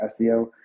seo